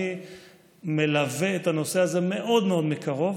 אני מלווה את הנושא הזה מאוד מאוד מקרוב.